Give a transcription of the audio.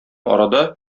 арада